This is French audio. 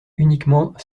uniquement